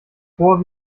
vor